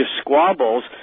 squabbles